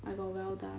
I got well done